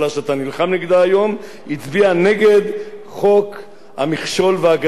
הצביע נגד חוק המכשול והגדר בדרום הארץ.